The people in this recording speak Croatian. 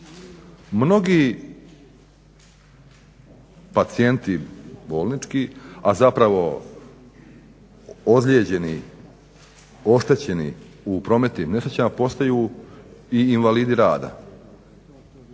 Mnogi pacijenti, bolnički, a zapravo ozlijeđeni, oštećeni u prometnim nesrećama postaju i invalidi rada.